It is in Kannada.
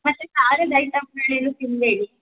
ಮತ್ತು ಖಾರದ ಐಟಮ್ಗಳೇನೂ ತಿನ್ನಬೇಡಿ